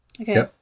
okay